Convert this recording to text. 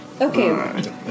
Okay